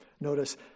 Notice